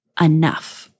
enough